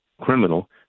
criminal